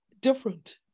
different